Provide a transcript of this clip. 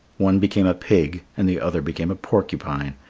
one became a pig and the other became a porcupine,